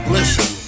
Listen